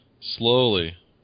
Slowly